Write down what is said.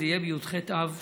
בי"ח באב,